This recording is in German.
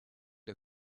der